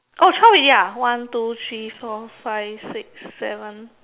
oh twelve already ah one two three four five six seven